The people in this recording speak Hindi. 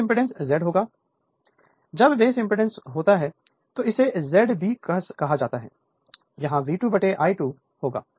बेस इंपेडेंस Z होगा जब बेस इंपेडेंस होता है तो इसे Z B कहा जाता है यह V2 I2 fl होगा